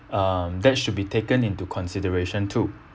um that should be taken into consideration too